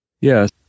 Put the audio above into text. Yes